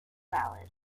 valid